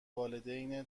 والدین